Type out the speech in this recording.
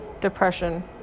depression